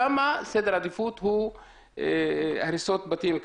שם סדר העדיפות הוא הריסות בתים.